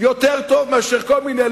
יותר טוב מאשר כל מיני,